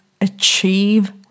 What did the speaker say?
achieve